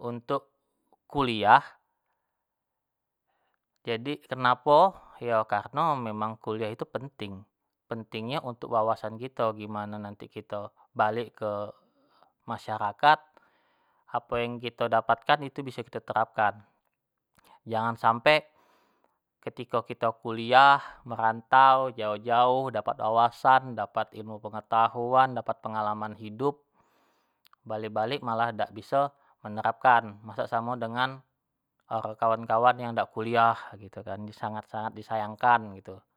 untuk kuliah, jadi kenapo, iyo kareno memang kuliah itu penting, pentingnyo untuk wawasan kito gimano nanti kito balek ke masyarakat apo yang kito daptkan itu biso kito terapkan, jangan sampe ketiko kito kuliah, merantau, jauh-jauh dapat wawasan, dapat ilmu pengetahuan, dapat pengalaman hidup, balek-balek malah dak biso menerapkan, masa samo dengan kawan-kawan yang idak kuliah gitu kan, sangat-sangat di sayangkan gitu.